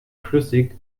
flüssig